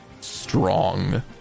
strong